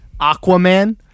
Aquaman